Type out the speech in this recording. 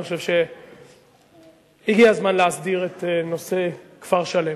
אני חושב שהגיע הזמן להסדיר את נושא כפר-שלם.